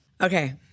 Okay